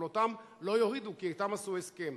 אבל אותם לא יורידו כי אתם עשו הסכם.